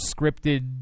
scripted